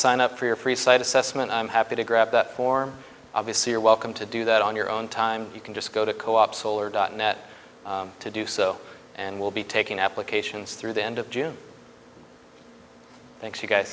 sign up for your free site assessment i'm happy to grab that form obviously you're welcome to do that on your own time you can just go to co op solar dot net to do so and will be taking applications through the end of june